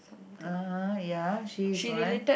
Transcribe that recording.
(uh huh) ya she is one